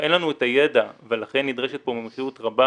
אין לנו את הידע ולכן נדרשת כאן מומחיות רבה